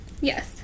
Yes